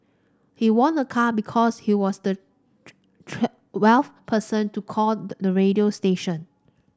he won a car because he was the person to call the the radio station